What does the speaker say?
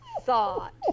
thought